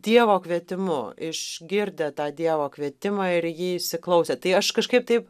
dievo kvietimu išgirdę tą dievo kvietimą ir į jį įsiklausę tai aš kažkaip taip